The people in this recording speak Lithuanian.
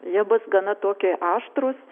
jie bus gana toki aštrūs